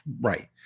right